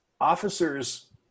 officers